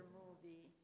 movie